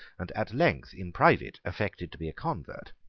and at length in private affected to be a convert.